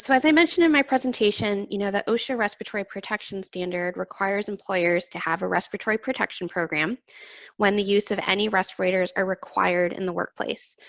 so as i mentioned in my presentation, you know, that osha respiratory protection standard requires employers to have a respiratory protection program when the use of any respirators are required in the workplace.